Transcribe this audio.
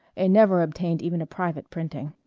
it never obtained even a private printing.